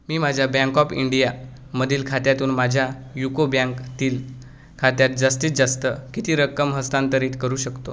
मी माझ्या bank of इंडियामधील खात्यातून माझ्या युको बँकतील खात्यात जास्तीत जास्त किती रक्कम हस्तांतरित करू शकतो